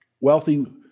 wealthy